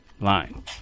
line